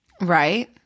Right